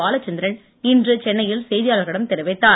பாலச்சந்திரன் இன்று சென்னையில் செய்தியாளர்களிடம் தெரிவித்தார்